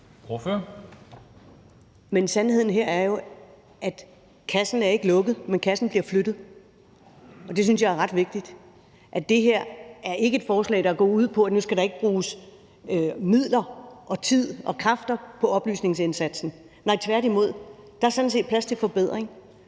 sandheden her er jo, at kassen ikke er lukket, men at kassen bliver flyttet. Og det synes jeg er ret vigtigt. Det her er ikke et forslag, der går ud på, at nu skal der ikke bruges midler og tid og kræfter på oplysningsindsatsen – nej, tværtimod, der er sådan set plads til forbedring.